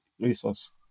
resource